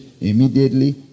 immediately